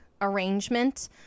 arrangement